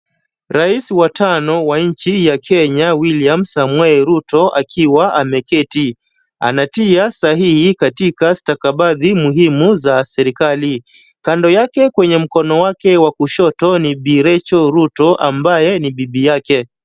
Rais wa tano wa nchi ya Kenya, Wiliam Samoei Ruto, akiwa ameketi. Anatia sahihi kutika stakabadhi muhimu za serikali. Kando yake kwenye mkono wake wa kushoto ni Bi Rachel Ruto ambaye ni bibi yake.